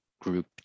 group